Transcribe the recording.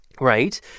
Right